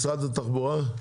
משרד התחבורה?